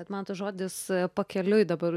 bet man tas žodis pakeliui dabar